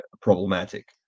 problematic